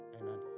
amen